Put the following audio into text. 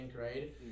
right